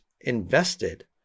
invested